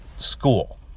school